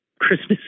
Christmas